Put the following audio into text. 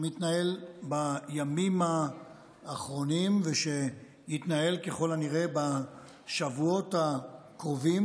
שמתנהל בימים האחרונים ושיתנהל ככל הנראה בשבועות הקרובים,